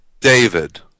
David